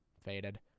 faded